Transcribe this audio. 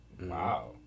Wow